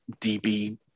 DB